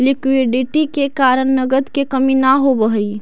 liquidity के कारण नगद के कमी न होवऽ हई